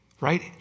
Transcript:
right